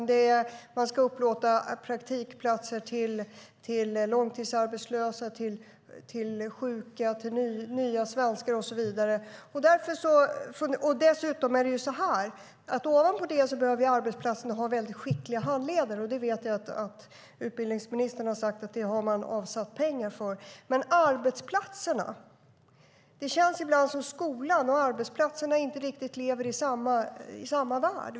De ska upplåta praktikplatser till långtidsarbetslösa, sjuka, nya svenskar, och så vidare. Ovanpå det behöver arbetsplatserna ha väldigt skickliga handledare. Jag vet att utbildningsministern har sagt att man har avsatt pengar för det. Men det känns ibland som att skolan och arbetsplatserna inte riktigt lever i samma värld.